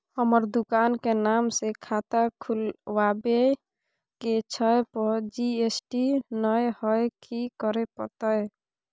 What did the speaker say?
हमर दुकान के नाम से खाता खुलवाबै के छै पर जी.एस.टी नय हय कि करे परतै?